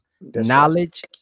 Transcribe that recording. knowledge